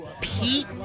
Pete